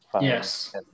yes